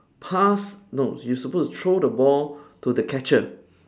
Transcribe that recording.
pass no you supposed to throw the ball to the catcher